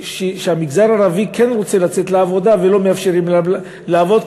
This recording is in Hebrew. המגזר הערבי כן רוצה לצאת לעבודה ולא מאפשרים להם לעבוד,